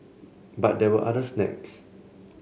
but there were other snags